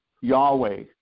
Yahweh